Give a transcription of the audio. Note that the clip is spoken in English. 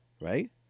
right